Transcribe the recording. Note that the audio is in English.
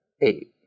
eight